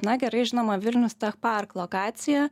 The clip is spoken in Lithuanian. na gerai žinomą vilnius tech park lokaciją